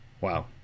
Wow